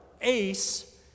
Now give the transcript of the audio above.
ace